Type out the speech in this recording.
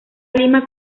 lima